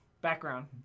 Background